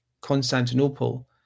Constantinople